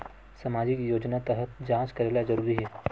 सामजिक योजना तहत जांच करेला जरूरी हे